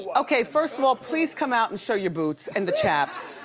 okay, first of all, please come out and show your boots and the chaps.